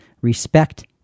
respect